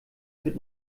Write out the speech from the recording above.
wird